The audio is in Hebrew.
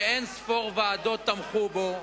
שאין-ספור ועדות תמכו בו,